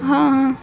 ہاں ہاں